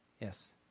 Yes